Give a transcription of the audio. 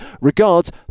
Regards